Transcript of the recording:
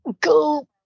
go